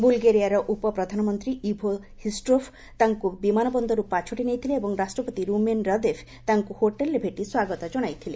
ବ୍ରଲ୍ଗେରିଆର ଉପପ୍ରଧାମନ୍ତ୍ରୀ Ivo Hristov ତାଙ୍କୁ ବିମାନବନ୍ଦରରୁ ପାଛୋଟି ନେଇଥିଲେ ଏବଂ ରାଷ୍ଟ୍ରପତି ର୍ରମେନ୍ ରଦେଫ୍ ତାଙ୍କ ହୋଟେଲ୍ରେ ଭେଟି ସ୍ୱାଗତ ଜଣାଇଥିଲେ